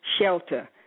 shelter